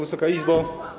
Wysoka Izbo!